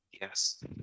Yes